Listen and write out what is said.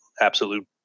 absolute